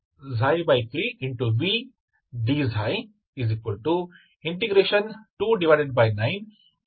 ಈಗ ನೀವು ಎರಡೂ ಬದಿಗಳನ್ನು ಸಂಯೋಜಿಸಬಹುದು dξ e 3